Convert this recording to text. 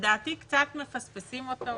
שלדעתי קצת מפספסים אותו,